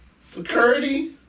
security